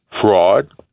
fraud